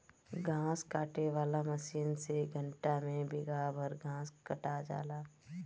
घास काटे वाला मशीन से घंटा में बिगहा भर कअ घास कटा जाला